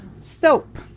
Soap